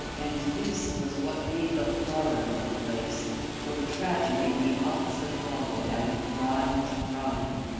and this was what made the horror of the place till the tragedy of the opposite hollow added crime to crime,